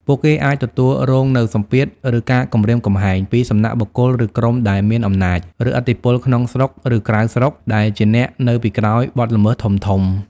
ពួកគេអាចទទួលរងនូវ សម្ពាធ ឬការគំរាមកំហែង ពីសំណាក់បុគ្គល ឬក្រុមដែលមានអំណាច ឬឥទ្ធិពលក្នុងស្រុក ឬក្រៅស្រុក ដែលជាអ្នកនៅពីក្រោយបទល្មើសធំៗ។